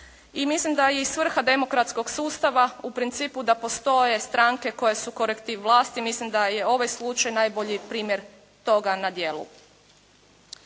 i mislim da je i svrha demokratskog sustava u principu da postoje stranke koje su korektiv vlasti, mislim da je ovaj slučaj najbolji primjer toga na djelu.